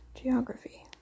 Geography